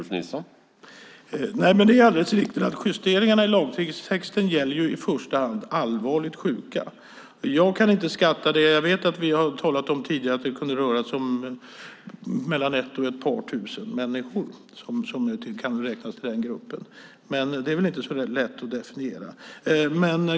Herr talman! Det är alldeles riktigt att justeringarna i lagtexten i första hand gäller allvarligt sjuka. Jag kan inte skatta det. Jag vet att vi tidigare har talat om att det kan röra sig om 1 000-2 000 människor som kan räknas till den gruppen, men det är inte så lätt att definiera.